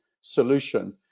solution